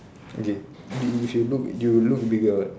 okay if you look you look bigger what